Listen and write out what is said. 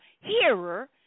hearer